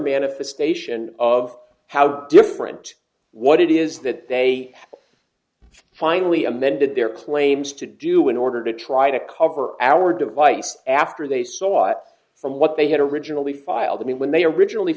manifestation of how different what it is that they fine we amended their claims to do in order to try to cover our device after they saw what from what they had originally filed and when they originally